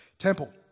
temple